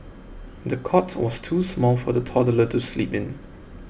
the cot was too small for the toddler to sleep in